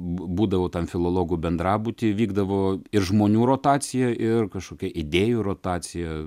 būdavo tam filologų bendrabutyje vykdavo ir žmonių rotacija ir kažkokia idėjų rotacija